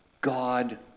God